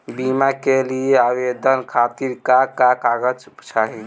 बीमा के लिए आवेदन खातिर का का कागज चाहि?